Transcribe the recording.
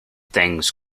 things